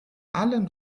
allen